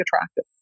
attractive